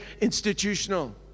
institutional